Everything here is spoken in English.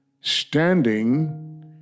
Standing